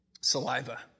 Saliva